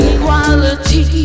Equality